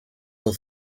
will